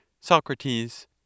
Socrates